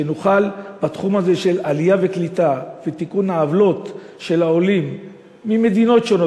שנוכל בתחום הזה של עלייה וקליטה ותיקון העוולות לעולים ממדינות שונות,